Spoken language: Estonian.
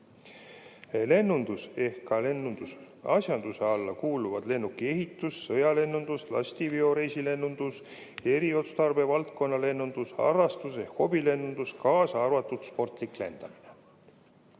Lennunduse ehk lennuasjanduse alla kuuluvad lennukiehitus, sõjalennundus, lastiveo- ja reisilennundus, eriotstarbevaldkonna lennundus ja harrastus- ehk hobilennundus, kaasa arvatud sportlik lendamine.